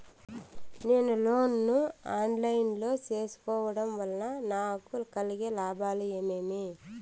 నేను లోను ను online లో సేసుకోవడం వల్ల నాకు కలిగే లాభాలు ఏమేమీ?